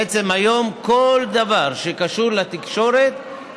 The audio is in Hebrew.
בעצם היום כל דבר שקשור לתקשורת,